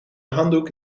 handdoek